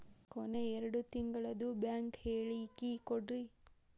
ಕೊನೆ ಎರಡು ತಿಂಗಳದು ಬ್ಯಾಂಕ್ ಹೇಳಕಿ ಕೊಡ್ರಿ